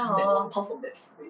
cause of that stupid